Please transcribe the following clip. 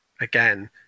again